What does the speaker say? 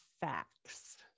facts